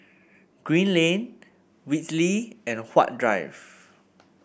Green Lane Whitley and Huat Drive